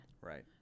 Right